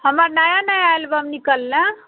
हमर नया नया एलबम निकललै